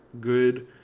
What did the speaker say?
good